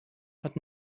but